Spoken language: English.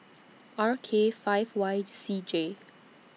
R K five Y C J